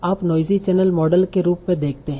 आप noisy channel model के रूप में देखते हैं